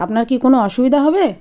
আপনার কি কোনো অসুবিধা হবে